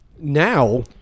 Now